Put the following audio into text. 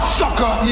sucker